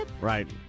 Right